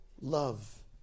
love